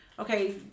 okay